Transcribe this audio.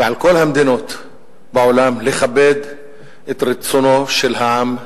ועל כל המדינות בעולם לכבד את רצונו של העם במצרים,